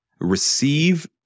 Receive